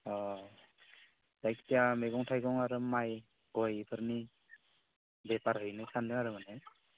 ओ जायखिया मैगं थाइगं आरो माइ गय इफोरनि बेफार हैनो सानदों आरो माने